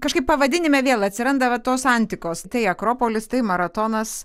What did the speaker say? kažkaip pavadinime vėl atsiranda va tos antikos tai akropolis tai maratonas